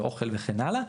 אוכל וכן הלאה.